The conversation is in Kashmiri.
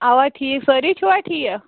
اَوا ٹھیٖک سٲرِی چھِوا ٹھیٖک